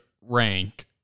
rank